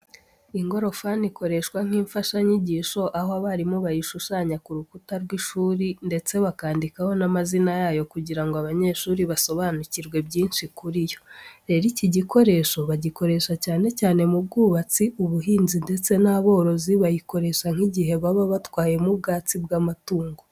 Ingorofani ikoreshwa nk'imfashanyigisho, aho abarimu bayishushanya ku rukuta rw'ishuri, ndetse bakandikaho n'amazina yayo kugira ngo abanyeshuri basobanukirwe byinshi kuri yo. Rero, iki gikoresho bagikoresha cyane cyane mu bwubatsi, ubuhinzi ndetse n'aborozi bayikoresha nk'igihe baba batwayemo ubwatsi bw'amatungo.